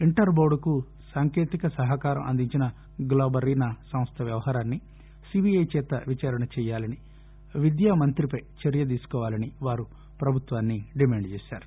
inter board సాంకేతిక సహకారం అందించిన గ్లోబరీనా సంస్ల వ్యవహారాన్ని సీబీఐ చేత విచారణ చేయాలని విద్యామంత్రిపై చర్య తీసుకోవాలని వారు ప్రభుత్వాన్ని డిమాండ్ చేశారు